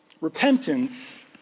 Repentance